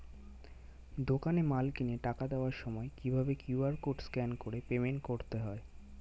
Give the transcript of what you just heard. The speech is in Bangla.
দোকানে মাল কিনে টাকা দেওয়ার সময় কিভাবে কিউ.আর কোড স্ক্যান করে পেমেন্ট করতে হয়?